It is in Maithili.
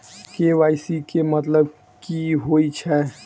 के.वाई.सी केँ मतलब की होइ छै?